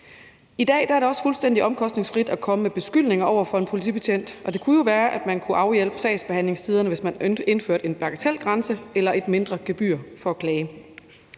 I dag er det også fuldstændig omkostningsfrit at komme med beskyldninger over for en politibetjent, og det kunne jo være, at man kunne afhjælpe sagsbehandlingstiderne, hvis man indførte en bagatelgrænse eller et mindre gebyr for at klage.